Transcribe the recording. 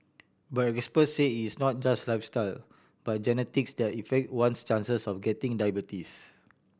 but experts say it's not just lifestyle but genetics that effect one's chances of getting diabetes